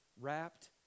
wrapped